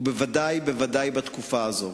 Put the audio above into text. בוודאי ובוודאי בתקופה הזאת.